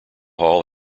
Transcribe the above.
hall